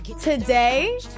Today